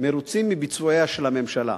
מרוצים מביצועיה של הממשלה.